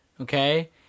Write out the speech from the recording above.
Okay